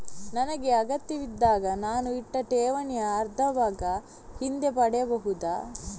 ನನಗೆ ಅಗತ್ಯವಿದ್ದಾಗ ನಾನು ಇಟ್ಟ ಠೇವಣಿಯ ಅರ್ಧಭಾಗ ಹಿಂದೆ ಪಡೆಯಬಹುದಾ?